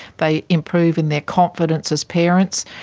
they improve in their confidence as parents,